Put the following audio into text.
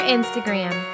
Instagram